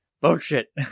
bullshit